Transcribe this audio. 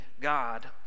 God